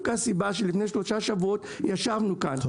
הסיבה שלפני שלושה שבועות ישבנו כאן,